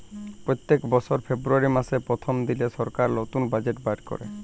প্যত্তেক বসর ফেব্রুয়ারি মাসের পথ্থম দিলে সরকার লতুল বাজেট বাইর ক্যরে